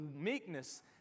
meekness